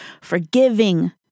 forgiving